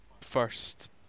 first